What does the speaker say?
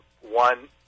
one